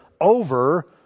over